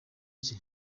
cye